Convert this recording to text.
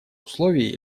условий